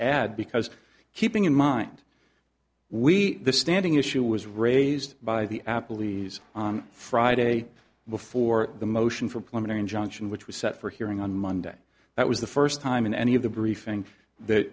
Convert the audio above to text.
add because keeping in mind we standing issue was raised by the apple e's on friday before the motion for plumbing injunction which was set for hearing on monday that was the first time in any of the briefing that